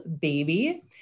Baby